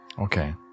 Okay